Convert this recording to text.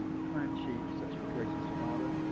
a clan chief, such as grace's father,